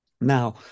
Now